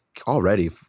already